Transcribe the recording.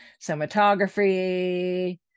cinematography